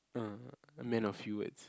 uh a man of few words